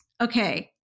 okay